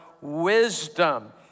wisdom